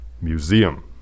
Museum